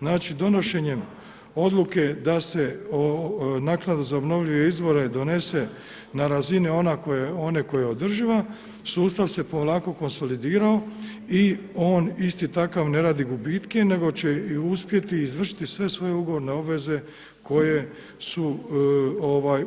Znači donošenjem odluke da se naknada za obnovljive izvore donese na razini one koja je održiva, sustav se polako konsolidirao i on isti takav ne radi gubitke nego će i uspjeti izvršiti sve svoje ugovorne obveze koje su